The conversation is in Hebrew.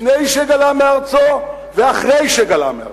לפני שגלה מארצו ואחרי שגלה מארצו.